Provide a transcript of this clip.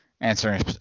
answering